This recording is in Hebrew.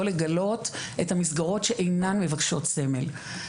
לא לגלות את המסגרות שאינן מבקשות סמל.